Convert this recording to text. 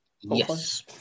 Yes